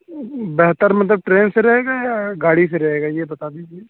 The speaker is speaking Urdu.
بہتر مطلب ٹرین سے رہے گا یا گاڑی سے رہے گا یہ بتا دیجیے